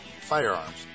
firearms